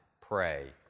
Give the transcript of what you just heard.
pray